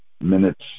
minutes